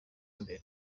imbere